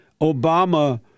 Obama